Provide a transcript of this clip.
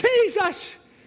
Jesus